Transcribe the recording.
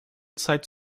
zeit